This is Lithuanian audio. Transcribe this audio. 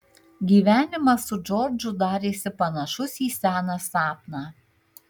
gyvenimas su džordžu darėsi panašus į seną sapną